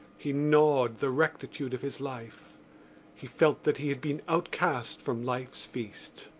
he gnawed the rectitude of his life he felt that he had been outcast from life's feast.